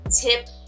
tip